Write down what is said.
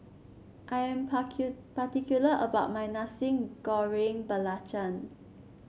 I am parti particular about my Nasi Goreng Belacan